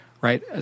right